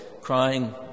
crying